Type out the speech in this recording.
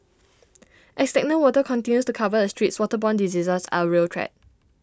as stagnant water continues to cover the streets waterborne diseases are real threat